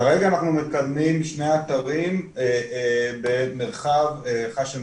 כרגע אנחנו מקדמים שני אתרים במרחב חאשם